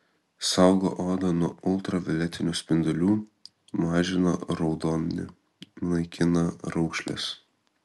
saugo odą nuo ultravioletinių spindulių mažina raudonį naikina raukšles